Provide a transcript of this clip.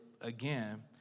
again